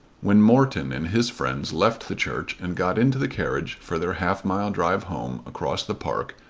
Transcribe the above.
when morton and his friends left the church and got into the carriage for their half-mile drive home across the park,